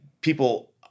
people